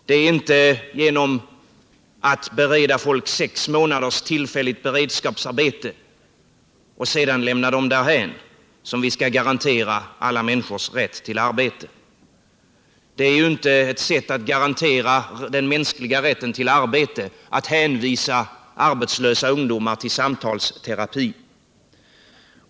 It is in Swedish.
Det är inte genom att bereda folk sex månaders tillfälligt beredskapsarbete och sedan lämna dem därhän som vi skall garantera alla människors rätt till arbete. Att hänvisa arbetslösa ungdomar till samtalsterapi är inte ett sätt att garantera den mänskliga rätten till arbete.